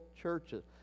churches